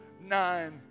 Nine